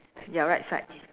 your right side